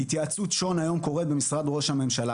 התייעצות שבויים ונעדרים היום קורה במשרד ראש הממשלה